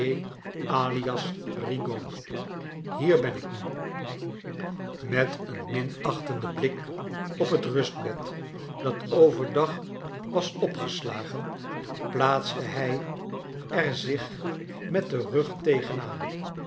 hier ben ik nu met een minachtenden blik op het rustbed dat overdag was opgeslagen plaatste hij er zich met den rug tegen aan